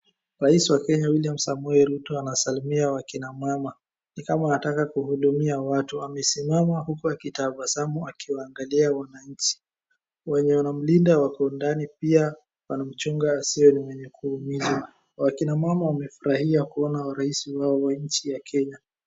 Rais wa Kenya William Samoei Ruto anasalimia wakina mama, ni kama anataka kuhudumia watu. Amesimama huku akitabasamu akiwaangalia wananchi, wenye wanamlinda wako ndani pia wanamchunga asiwe ni mwenye kuumizwa, wakina mama wamefurahia kuona rais wao wa nchi ya Kenya.